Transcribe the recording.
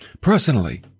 Personally